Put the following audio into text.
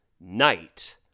Night